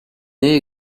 naît